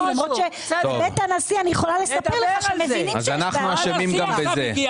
למרות שבבית הנשיא מבינים שמדובר בדיקטטורה -- אז אנחנו אשמים גם בזה.